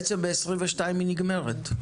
היא נגמרת ב-2022.